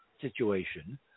situation